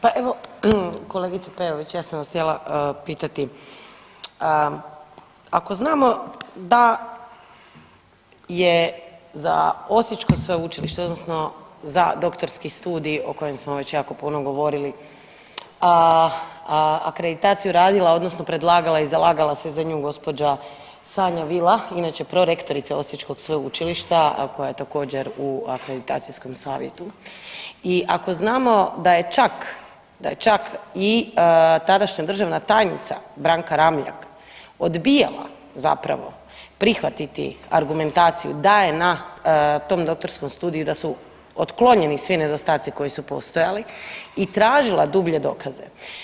Pa evo kolegice Peović, ja sam vas htjela pitati, ako znamo da je za Osječko sveučilište odnosno za Doktorski studij o kojem smo već jako puno govorili, akreditaciju radila odnosno predlagala i zalagala se za nju gđa. Sonja Vila inače prorektorica Osječkog sveučilišta koja je također u akreditacijskom savjetu i ako znamo da je čak, da je čak i tadašnja državna tajnica Branka Ramljak odbijala zapravo prihvatiti argumentaciju da je na tom doktorskom studiju, da su otklonjeni svi nedostaci koji su postojali i tražila dublje dokaze.